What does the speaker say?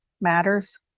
matters